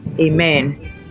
amen